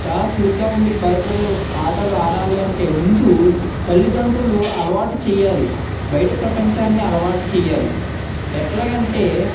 చాలా చరుగ్గ ఉండి బయట ఆటలు ఆడాలి అంటే ముందు తల్లిదండ్రులు అలవాటు చేయాలి బయట ప్రపంచాన్ని అలవాటు చేయాలి ఎలాగంటే